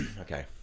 okay